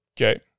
Okay